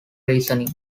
reasoning